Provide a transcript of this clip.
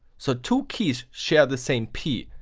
so two keys share the same p?